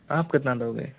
आप कितना दोगे